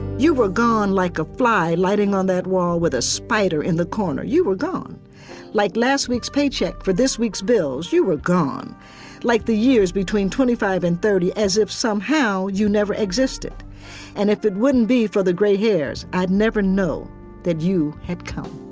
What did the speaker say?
you were gone like a fly lighting on that wall with a spider in the corner you were gone like last week's paycheck for this week's bills you were gone like the years between twenty-five and thirty as if somehow you never existed and if it wouldn't be for the gray hairs i'd never know that you had come